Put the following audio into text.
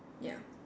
ya